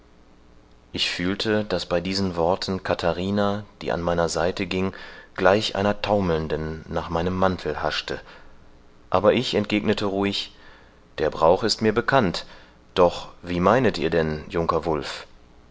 ich fühlte daß bei diesen worten katharina die an meiner seite ging gleich einer taumelnden nach meinem mantel haschte aber ich entgegnete ruhig der brauch ist mir bekannt doch wie meinet ihr denn junker wulf